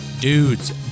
dudes